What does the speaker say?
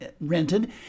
rented